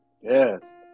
Yes